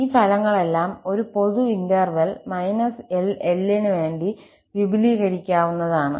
ഈ ഫലങ്ങളെല്ലാം ഒരു പൊതു ഇന്റർവെൽ−𝐿 𝐿 നു വേണ്ടി വിപുലീകരിക്കാവുന്നതാണ്